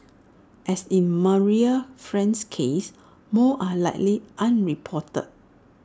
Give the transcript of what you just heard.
as in Marie's friend's case more are likely unreported